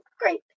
great